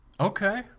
Okay